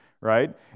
right